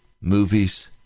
movies